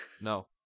No